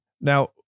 Now